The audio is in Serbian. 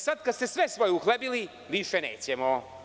Sada kada ste sve svoje uhlebili, više nećemo.